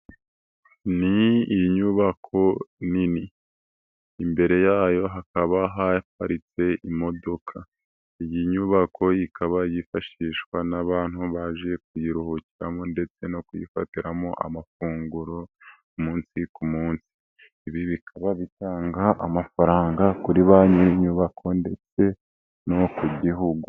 Iyi ni inyubako nini imbere yayo hakaba haparitse imodoka. Iyi nyubako ikaba yifashishwa n'abantu baje kuyiruhukiramo ndetse no kuyifatiramo amafunguro umunsi ku munsi. Ibi bikaba bitanga amafaranga kuri banyir'inyubako ndetse no ku gihugu.